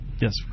Yes